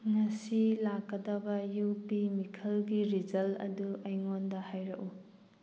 ꯉꯁꯤ ꯂꯥꯛꯀꯗꯕ ꯌꯨ ꯄꯤ ꯃꯤꯈꯜꯒꯤ ꯔꯤꯖꯜ ꯑꯗꯨ ꯑꯩꯉꯣꯟꯗ ꯍꯥꯏꯔꯛꯎ